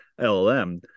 LLM